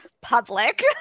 public